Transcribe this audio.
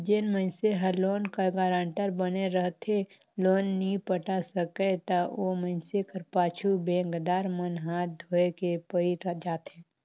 जेन मइनसे हर लोन कर गारंटर बने रहथे लोन नी पटा सकय ता ओ मइनसे कर पाछू बेंकदार मन हांथ धोए के पइर जाथें